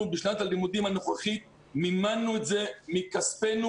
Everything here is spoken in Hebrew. בשנת הלימודים הנוכחית מימנו את זה מכספנו,